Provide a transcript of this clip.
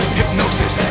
hypnosis